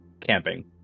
camping